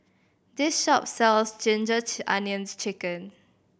this shop sells ginger onions chicken